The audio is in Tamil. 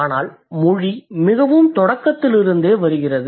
ஆனால் மொழி மிகவும் தொடக்கத்தில் வருகிறது